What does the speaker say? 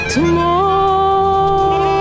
Tomorrow